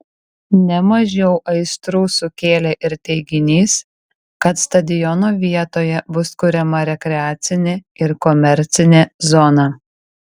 ne mažiau aistrų sukėlė ir teiginys kad stadiono vietoje bus kuriama rekreacinė ir komercinė zona